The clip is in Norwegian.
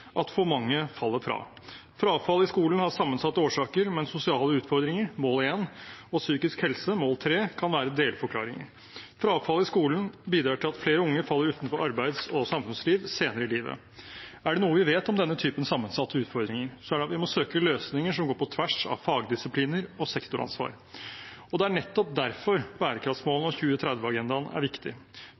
at for mange faller fra. Frafall i skolen har sammensatte årsaker, men sosiale utfordringer, mål nr. 1, og psykisk helse, mål nr. 3, kan være delforklaringer. Frafall i skolen bidrar til at flere unge faller utenfor arbeids- og samfunnsliv senere i livet. Er det noe vi vet om denne typen sammensatte utfordringer, er det at vi må søke løsninger som går på tvers av fagdisipliner og sektoransvar. Det er nettopp derfor bærekraftsmålene og 2030-agendaen er viktig,